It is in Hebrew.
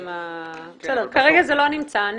כרגע זה לא נמצא.